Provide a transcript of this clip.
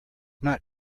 not